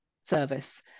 service